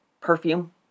perfume